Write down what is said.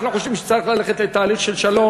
אנחנו חושבים שצריך ללכת לתהליך של שלום,